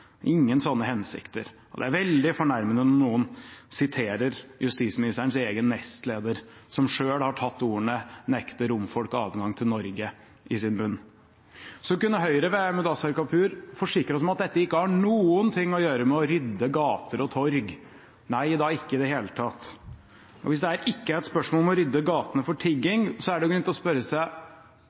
ingen sånne hensikter. Og det er veldig fornærmende når noen siterer justisministerens egen nestleder, som selv har tatt ordene «nekte romfolk adgang til Norge» i sin munn. Så kunne Høyre ved Mudassar Kapur forsikre oss om at dette ikke har noen ting å gjøre med å rydde gater og torg – nei da, ikke i det hele tatt. Hvis det ikke er et spørsmål om å rydde gatene for tigging, er det grunn til å spørre seg